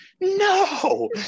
no